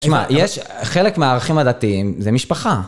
תשמע, יש חלק מהערכים הדתיים זה משפחה.